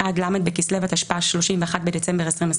עד ל' בכסלו התשפ"ה (31 בדצמבר 2024)